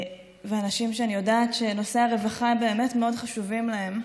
ואנשים שאני יודעת שנושאי הרווחה באמת מאוד חשובים להם.